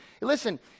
Listen